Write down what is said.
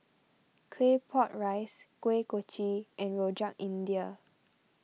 Claypot Rice Kuih Kochi and Rojak India